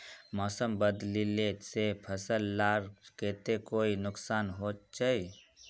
मौसम बदलिले से फसल लार केते कोई नुकसान होचए?